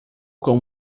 com